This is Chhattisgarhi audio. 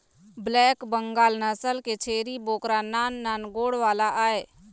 ब्लैक बंगाल नसल के छेरी बोकरा नान नान गोड़ वाला आय